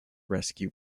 rescue